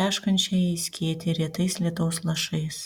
teškančią į skėtį retais lietaus lašais